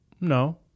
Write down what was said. No